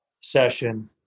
session